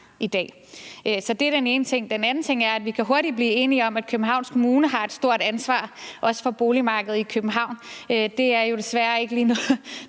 i dag. Det er den ene ting. Den anden ting er, at vi hurtigt kan blive enige om, at Københavns Kommune også har et stort ansvar for boligmarkedet i København. Det er jo desværre ikke noget,